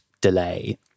delay